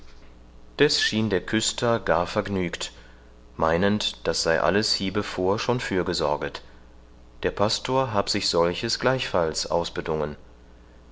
deß schien der küster gar vergnügt meinend das sei alles hiebevor schon fürgesorget der pastor habe sich solches gleichfalls ausbedungen